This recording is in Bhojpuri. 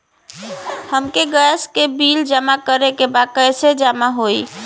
हमके गैस के बिल जमा करे के बा कैसे जमा होई?